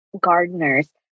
gardeners